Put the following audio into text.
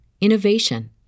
innovation